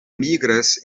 migras